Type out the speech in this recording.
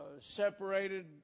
separated